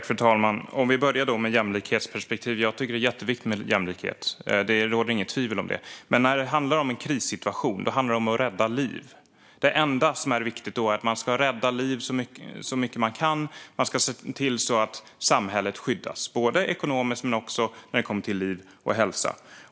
Fru talman! Jag ska börja med jämlikhetsperspektivet. Jag tycker att det är jätteviktigt med jämlikhet. Det råder inget tvivel om det. Men när det handlar om en krissituation handlar det om att rädda liv. Det enda som då är viktigt är att man ska rädda liv så mycket man kan. Man ska se till att samhället skyddas, både ekonomiskt och när det kommer till liv och hälsa.